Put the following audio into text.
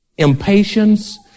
Impatience